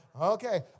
okay